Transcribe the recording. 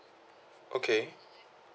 okay